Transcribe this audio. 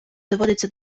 доводиться